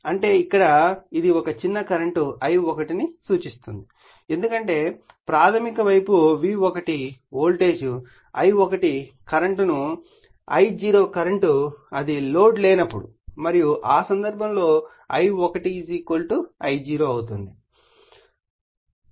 అంటే ఇక్కడ ఇది ఒక చిన్న కరెంట్ I1 ను సూచిస్తుందని పరిగణించండి ఎందుకంటే ప్రాధమిక వైపు V1 వోల్టేజ్ I1 కరెంట్ను I0 కరెంట్ అది లోడ్ లేనప్పుడు మరియు ఆ సందర్భం లో I1 I0 అవుతుంది